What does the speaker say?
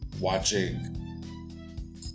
watching